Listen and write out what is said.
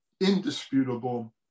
indisputable